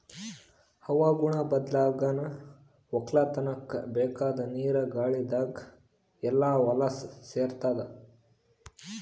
ಹವಾಗುಣ ಬದ್ಲಾಗನಾ ವಕ್ಕಲತನ್ಕ ಬೇಕಾದ್ ನೀರ ಗಾಳಿದಾಗ್ ಎಲ್ಲಾ ಹೊಲಸ್ ಸೇರತಾದ